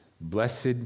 blessed